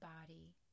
body